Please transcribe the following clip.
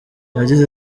yagize